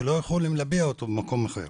שלא יכולים להביע אותו במקום אחר,